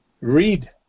read